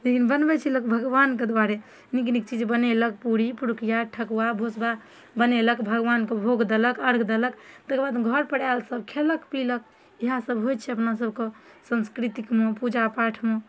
लेकिन बनबै छै लोक भगवानके दुआरे नीक नीक चीज लोक बनेलक पूरी पुरुकिआ ठकुआ भुसबा बनेलक भगवानके भोग देलक अर्घ देलक तकरबादमे घर पर आएल सब खयलक पिलक इहए सब होइत छै अपना सब कऽ साँस्कृतिकमे पूजापाठमे